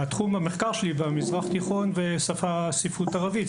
תחום המחקר שלי הוא המזרח התיכון והספרות הערבית,